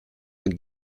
when